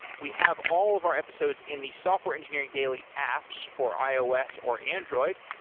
we have all of our episodes in the software engineering daily apps for ios or android.